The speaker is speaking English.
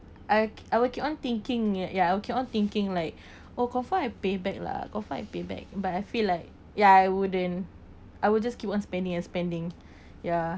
I I will keep on thinking y~ ya I will keep on thinking like oh confirm I payback lah confirm I payback but I feel like ya I wouldn't I would just keep on spending and spending ya